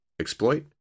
exploit